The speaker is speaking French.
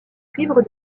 cuivres